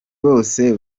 bose